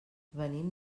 venim